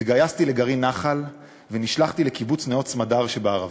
התגייסתי לגרעין נח"ל ונשלחתי לקיבוץ נאות-סמדר שבערבה.